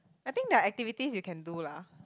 I think their activities you can do lah